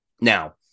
Now